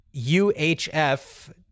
UHF